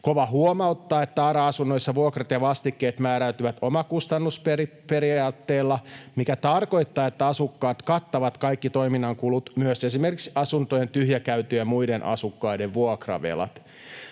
KOVA huomauttaa, että ARA-asunnoissa vuokrat ja vastikkeet määräytyvät omakustannusperiaatteella, mikä tarkoittaa, että asukkaat kattavat kaikki toiminnan kulut, myös esimerkiksi asuntojen tyhjäkäytön ja muiden asukkaiden vuokravelat.